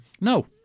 No